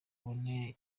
ubone